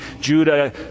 Judah